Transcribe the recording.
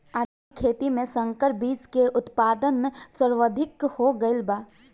आधुनिक खेती में संकर बीज के उत्पादन सर्वाधिक हो गईल बा